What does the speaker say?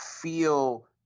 feel